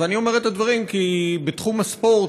ואני אומר את הדברים כי בתחום הספורט,